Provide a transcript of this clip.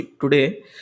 today